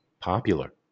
popular